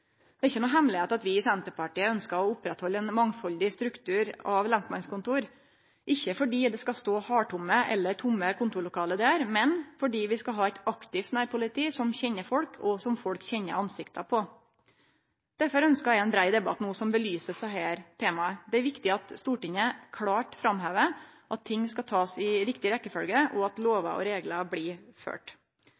av lensmannskontor, ikkje fordi det skal stå halvtomme eller tomme kontorlokale der, men fordi vi skal ha eit aktivt nærpoliti som kjenner folk, og som folk kjenner ansikta på. Derfor ønskjer eg ein brei debatt nå, som belyser desse temaa. Det er viktig at Stortinget klart vektlegg at ein må ta ting i riktig rekkjefølgje, og at